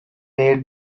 made